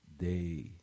day